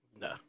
No